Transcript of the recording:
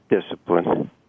discipline